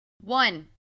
One